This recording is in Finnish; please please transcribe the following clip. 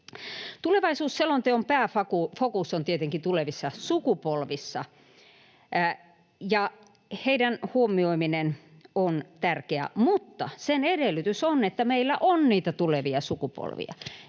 Tulevaisuusselonteon pääfokus on tietenkin tulevissa sukupolvissa. Heidän huomioimisensa on tärkeää, mutta sen edellytys on, että meillä on niitä tulevia sukupolvia,